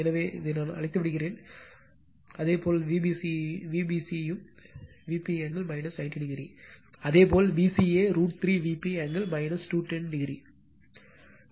எனவே அதை அழித்து விடுகிறேன் அதே போல் Vbc யும் Vp angle 90oஅதே போல் Vca √ 3 Vp angle 210o